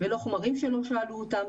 לא על חומרים שאף פעם לא שאלו עליהם,